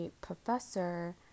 professor